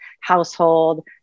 household